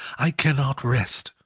i cannot rest,